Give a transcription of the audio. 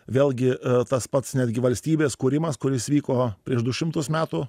vėlgi tas pats netgi valstybės kūrimas kuris vyko prieš du šimtus metų